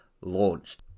launched